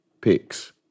picks